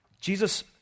Jesus